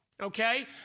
okay